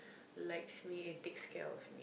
likes me and takes care of me